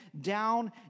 down